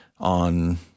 on